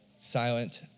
silent